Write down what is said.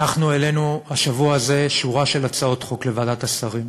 אנחנו העלינו השבוע הזה שורה של הצעות חוק לוועדת השרים.